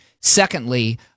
Secondly